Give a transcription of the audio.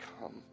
come